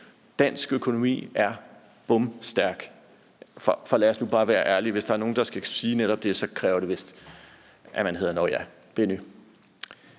Dansk økonomi er bomstærk. For lad os nu bare være ærlige: Hvis der er nogen, der skal sige netop det, så kræver det vist, at man hedder, nå ja, Benny.